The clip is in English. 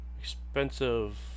expensive